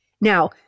Now